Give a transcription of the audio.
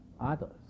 others